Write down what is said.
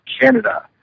Canada